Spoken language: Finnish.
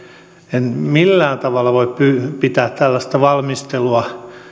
en millään tavalla voi pitää tällaista valmistelua